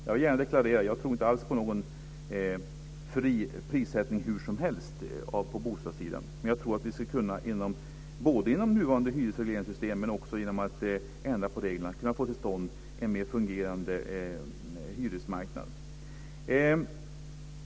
Jag vill gärna deklarera att jag inte alls tror på någon fri prissättning hur som helst på bostadssidan, men jag tror att vi både genom nuvarande hyresregleringssystem och genom att ändra på reglerna ska kunna få till stånd en bättre fungerande hyresmarknad.